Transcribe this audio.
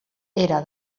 era